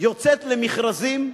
יוצאת למכרזים,